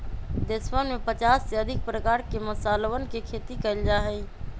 देशवन में पचास से अधिक प्रकार के मसालवन के खेती कइल जा हई